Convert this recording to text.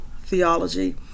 theology